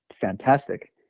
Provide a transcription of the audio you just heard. fantastic